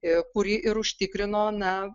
ė kurį ir užtikrino na